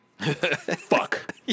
Fuck